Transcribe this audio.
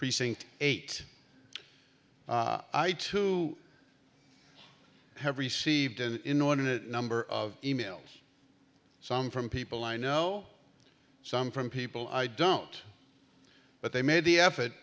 precinct eight i too have received an inordinate number of e mails from people i know some from people i don't but they made the effort